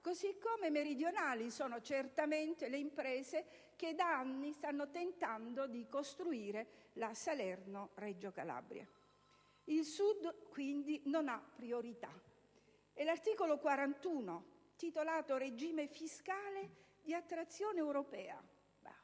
Così come meridionali sono certamente le imprese che da anni stanno tentando di costruire la Salerno-Reggio Calabria. Il Sud, quindi, non ha priorità. L'articolo 41 è poi titolato: «Regime fiscale di attrazione europea»: